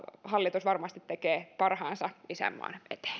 hallitus varmasti tekee parhaansa isänmaan